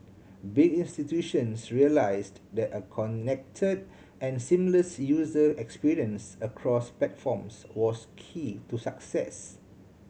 big institutions realised that a connected and seamless user experience across platforms was key to success